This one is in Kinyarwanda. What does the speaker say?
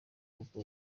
kuko